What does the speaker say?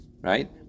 right